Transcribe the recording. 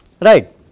right